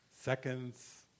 seconds